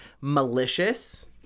malicious